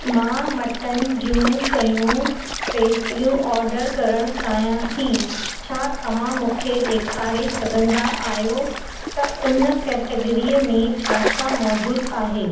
मां मटन जूं शयूं पेस्ट्रियूं ऑडर करण चाहियां थी छा तव्हां मूंखे ॾेखारे सघंदा आहियो त उन कैटगीरीअ में छा छा मौजूदु आहे